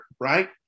Right